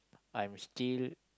I'm still